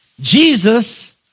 Jesus